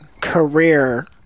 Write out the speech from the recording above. career